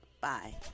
Bye